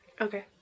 Okay